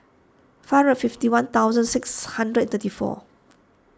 five hundred fifty one thousand six hundred thirty four